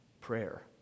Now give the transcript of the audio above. Prayer